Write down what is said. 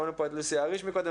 שמענו פה את לוסי האריש מקודם,